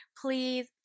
please